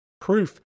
proof